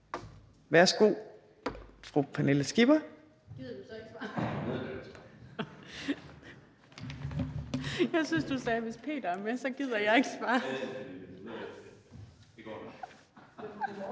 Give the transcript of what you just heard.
Værsgo til fru Pernille Skipper.